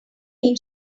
mean